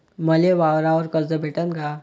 मले वावरावर कर्ज भेटन का?